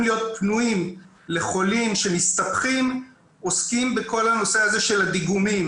להיות פנויים לחולים שמסתבכים עוסקים בכל הנושא של הדיגומים.